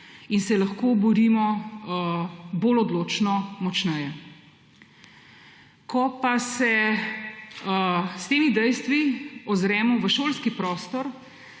in se lahko borimo bolj odločno, močneje. Ko pa se s temi dejstvi ozremo v šolski prostor,